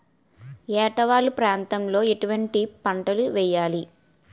ఏటా వాలు ప్రాంతం లో ఎటువంటి పంటలు వేయాలి?